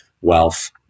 wealth